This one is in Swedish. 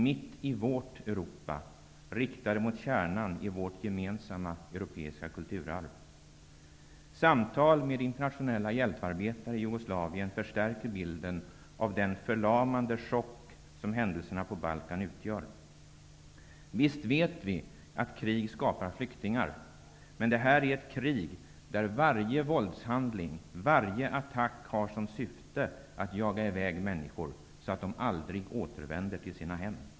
Mitt i vårt Europa, riktat mot kärnan i vårt gemensamma europeiska kulturarv. Jugoslavien förstärker bilden av den förlamande chock som händelserna på Balkan skapat. Visst vet vi att krig skapat flyktingar. Men det här är ett krig där varje våldshandling, varje attack har som syfte att jaga i väg människor, så att de aldrig återvänder till sina hem.